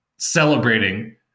celebrating